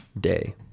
day